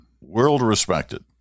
world-respected